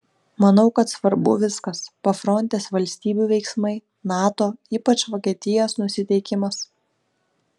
manau kad svarbu viskas pafrontės valstybių veiksmai nato ypač vokietijos nusiteikimas